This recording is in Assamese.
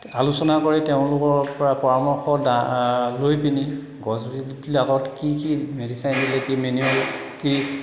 আলোচনা কৰি তেওঁলোকৰ পৰা পৰামৰ্শ দা লৈ পিনি গছবিলাকত কি কি মেডিছিন দি কি মেনিয়েল কি